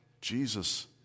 Jesus